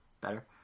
Better